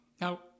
Now